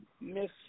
Miss